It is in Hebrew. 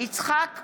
יצחק פינדרוס,